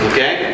Okay